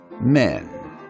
men